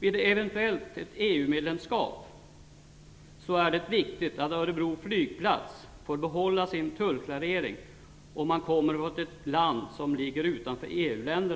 Vid ett eventuellt EU-medlemskap är det viktigt att Örebro flygplats får behålla sin tullklarering för den trafik som kommer från länder utanför EU.